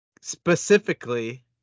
specifically